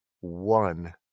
one